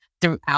throughout